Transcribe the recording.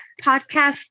podcast